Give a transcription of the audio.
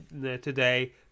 today